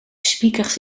speakers